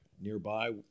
nearby